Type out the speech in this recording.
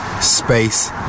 space